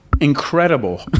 incredible